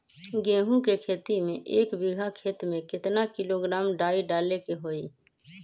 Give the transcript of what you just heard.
गेहूं के खेती में एक बीघा खेत में केतना किलोग्राम डाई डाले के होई?